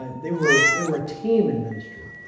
ah they were they were a team in ministry,